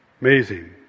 Amazing